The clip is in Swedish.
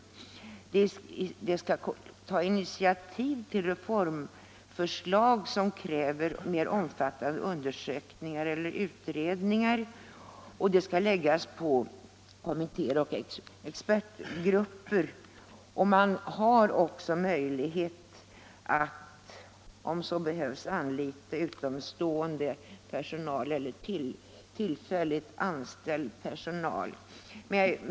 Rådet skall ta initiativ till reformförslag som kräver mer omfattande undersökningar eller utredningar och det skall läggas på kommittéer och expertgrupper. Man har också möjlighet, om så behövs, att anlita tillfälligt anställd personal.